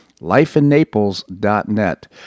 lifeinnaples.net